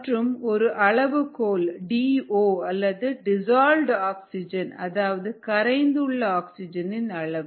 மற்றும் ஒரு அளவுகோல் டி ஓ அல்லது டிசால்டு ஆக்சிஜன் அதாவது கரைந்து உள்ள ஆக்சிஜன் அளவு